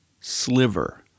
sliver